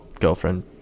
girlfriend